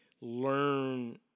learn